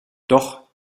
doch